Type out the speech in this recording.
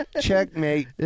Checkmate